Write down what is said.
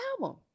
album